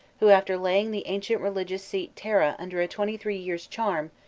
who after laying the ancient religious seat tara under a twenty-three years' charm,